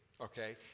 okay